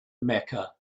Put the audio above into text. mecca